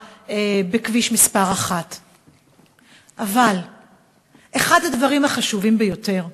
בכביש מס' 1. אבל אחד הדברים החשובים ביותר הוא,